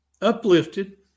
uplifted